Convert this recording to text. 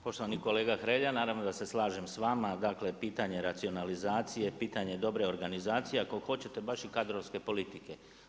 Poštovani kolega Hrelja, naravno da se slažem s vama, dakle pitanje racionalizacije, pitanje dobre organizacije ako hoćete, baš je kadrovske politike.